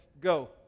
go